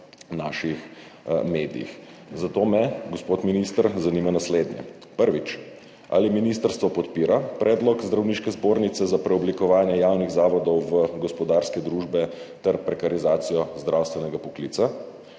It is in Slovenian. naših medijih. Zato me, gospod minister, zanima naslednje: Ali ministrstvo podpira predlog Zdravniške zbornice za preoblikovanje javnih zavodov v gospodarske družbe ter prekarizacijo zdravstvenega poklica?